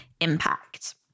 impact